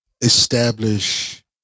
establish